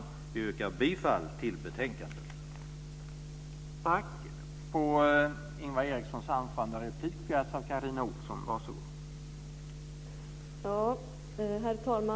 Jag yrkar bifall till utskottets hemställan.